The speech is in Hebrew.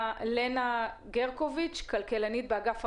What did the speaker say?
בגלל טעות טכנית שהייתה